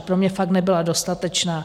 Pro mě fakt nebyla dostatečná.